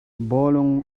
bawlung